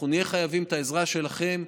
אנחנו נהיה חייבים את העזרה שלכם,